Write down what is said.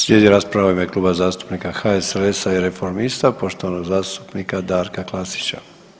Slijedi rasprava u ime Kluba zastupnika HSLS-a i Reformista, poštovanog zastupnika Darka Klasića.